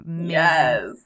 Yes